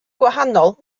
gwahanol